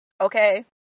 Okay